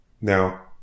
Now